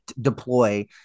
deploy